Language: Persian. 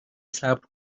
صبر